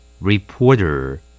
Reporter